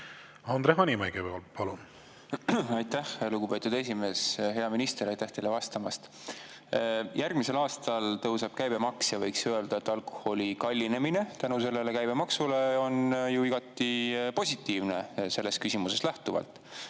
Andre Hanimägi, palun! Aitäh, lugupeetud esimees! Hea minister, aitäh teile vastamast! Järgmisel aastal tõuseb käibemaks ja võiks öelda, et alkoholi kallinemine tänu käibemaksule on ju igati positiivne sellest küsimusest lähtuvalt.